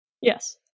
Yes